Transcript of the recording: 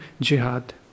Jihad